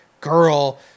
girl